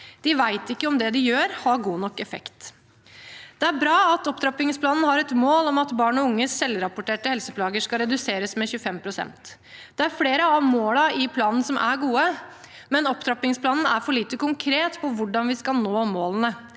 De vet ikke om det de gjør, har god nok effekt. Det er bra at opptrappingsplanen har et mål om at barn og unges selvrapporterte helseplager skal reduseres med 25 pst. Det er flere av målene i planen som er gode, men opptrappingsplanen er for lite konkret på hvordan vi skal nå målene.